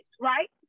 right